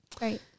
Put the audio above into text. Right